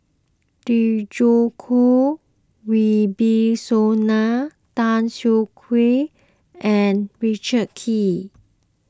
Djoko Wibisono Tan Siah Kwee and Richard Kee